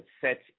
set